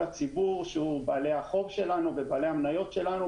הציבור שהוא בעלי החוב שלנו ובעלי המניות שלנו,